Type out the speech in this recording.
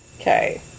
Okay